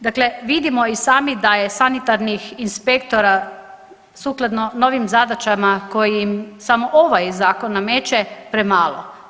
Dakle vidimo i sami da je sanitarnih inspektora sukladno novim zadaćama koji im samo ovaj Zakon nameće, premalo.